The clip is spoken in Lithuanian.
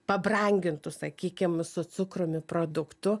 pabrangintų sakykim su cukrumi produktu